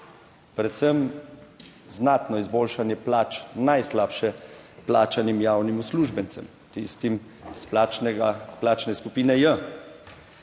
predvsem znatno izboljšanje plač najslabše plačanim javnim uslužbencem, tistim iz plačnega plačne skupine J.